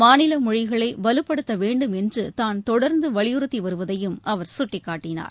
மாநில மொழிகளை வலுப்படுத்த வேண்டும் என்று தான் தொடர்ந்து வலியுறுத்தி வருவதையும் அவர் சுட்டிக்காட்டினார்